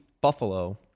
Buffalo